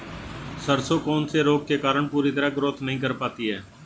सरसों कौन से रोग के कारण पूरी तरह ग्रोथ नहीं कर पाती है?